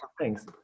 thanks